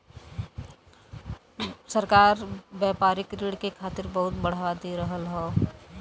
सरकार व्यापारिक ऋण के खातिर बहुत बढ़ावा दे रहल हौ